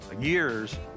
years